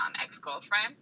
ex-girlfriend